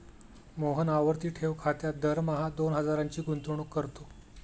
मोहन आवर्ती ठेव खात्यात दरमहा दोन हजारांची गुंतवणूक करतो